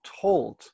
told